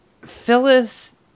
Phyllis